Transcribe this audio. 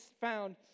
found